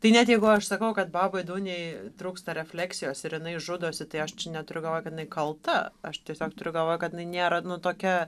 tai net jeigu aš sakau kad babai dūnijai trūksta refleksijos ir jinai žudosi tai aš čia neturiu galvoje kad kalta aš tiesiog turiu galvoje kad jinai nėra nu tokia